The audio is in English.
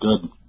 good